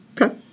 Okay